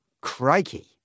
Crikey